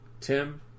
Tim